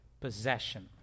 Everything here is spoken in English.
possession